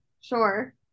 sure